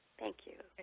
thank you.